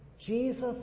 Jesus